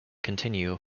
continue